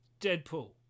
Deadpool